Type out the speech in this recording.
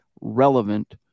relevant